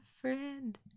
friend